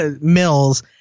Mills